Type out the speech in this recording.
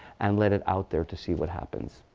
and let it out there to see what happens.